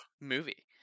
movie